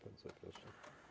Bardzo proszę.